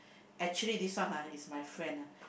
actually this one !huh! is my friend lah